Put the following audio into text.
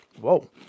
Whoa